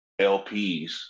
LPs